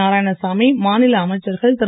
நாராயணசாமி மாநில அமைச்சர்கள் திரு